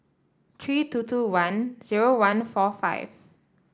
three two two one zero one four five